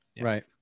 Right